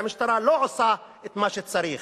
והמשטרה לא עושה את מה שצריך.